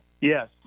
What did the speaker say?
yes